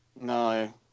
no